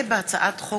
הצעת חוק